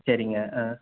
சரிங்க ஆ